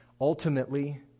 Ultimately